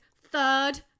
third